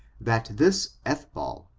that this ethball,